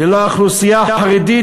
ללא האוכלוסייה החרדית,